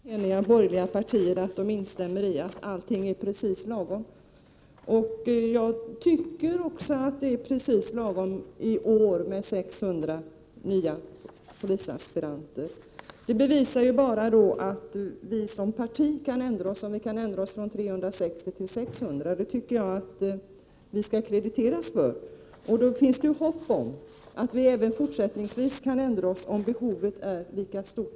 Herr talman! Det är roligt att höra att de tre borgerliga partierna instämmer i att allt är precis lagom. Jag tycker också att 600 nya polisaspiranter är precis lagom i år. Detta bevisar att vi som parti kan ändra oss från 360 till 600 aspiranter. Jag tycker att vi skall krediteras för detta. Det finns då hopp om att vi även fortsättningsvis kan ändra oss om behovet är lika stort.